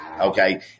Okay